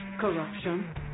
Corruption